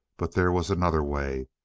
but there was another way,